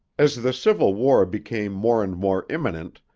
as the civil war became more and more imminent,